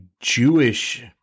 Jewish